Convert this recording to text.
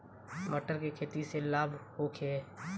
मटर के खेती से लाभ होखे?